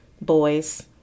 boys